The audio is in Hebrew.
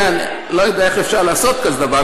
לא יודע איך אפשר לעשות כזה דבר.